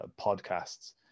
podcasts